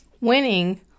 Winning